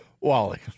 Wally